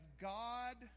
God